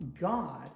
God